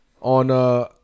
on –